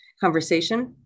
conversation